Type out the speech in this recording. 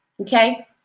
okay